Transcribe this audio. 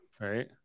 Right